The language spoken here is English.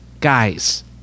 Guys